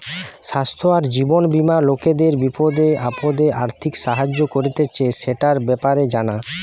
স্বাস্থ্য আর জীবন বীমা লোকদের বিপদে আপদে আর্থিক সাহায্য করতিছে, সেটার ব্যাপারে জানা